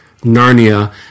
Narnia